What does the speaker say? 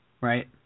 right